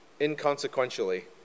inconsequentially